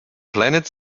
planet